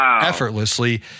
effortlessly